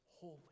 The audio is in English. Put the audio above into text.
holy